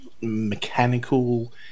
mechanical